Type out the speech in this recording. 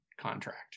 contract